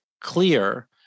clear